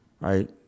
right